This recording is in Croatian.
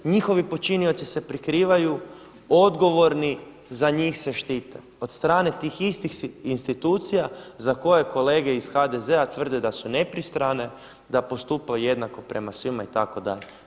Njihovi počinioci se prikrivaju, odgovorni za njih se štite od strane tih istih institucija za koje kolege iz HDZ-a tvrde da su nepristrane, da postupaju jednako prema svima itd.